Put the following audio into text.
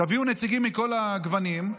תביאו נציגים מכל הגוונים,